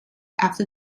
after